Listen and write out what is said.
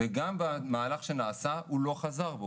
גם במהלך שנעשה הוא לא חזר בו,